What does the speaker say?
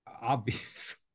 obvious